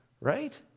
right